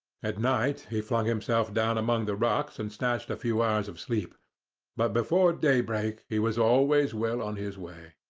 at night he flung himself down among the rocks, and snatched a few hours of sleep but before daybreak he was always well on his way.